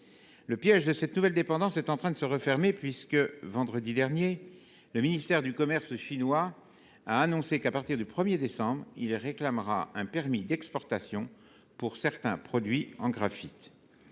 Le piège de cette nouvelle dépendance est en train de se refermer : vendredi dernier, le ministère du commerce chinois a annoncé qu’à partir du 1 décembre prochain il réclamerait un permis d’exportation pour certains produits en graphite.